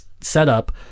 setup